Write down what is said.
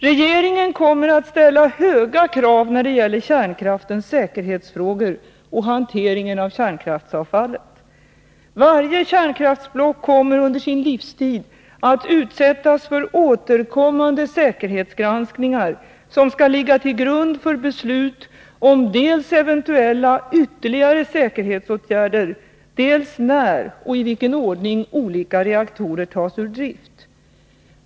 Regeringen kommer att ställa höga krav när det gäller kärnkraftens säkerhetsfrågor och hanteringen av kärnkraftsavfallet. Varje kärnkraftsblock kommer under sin livstid att utsättas för återkommande säkerhetsgranskningar, som skall ligga till grund för beslut om dels eventuella ytterligare säkerhetsåtgärder, dels när och i vilken ordning olika reaktorer tas ur drift.